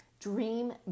dream